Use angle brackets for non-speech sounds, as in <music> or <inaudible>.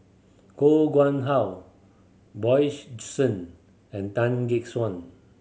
Koh Nguang How Bjorn <unintelligible> Shen and Tan Gek Suan